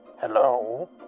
Hello